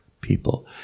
people